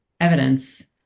evidence